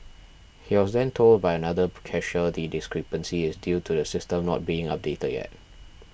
he was then told by another cashier the discrepancy is due to the system not being updated yet